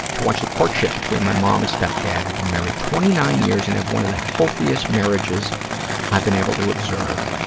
to watch the courtship between my mom and stepdad who've been married twenty nine years and have one of the healthiest marriages i've been able to observe.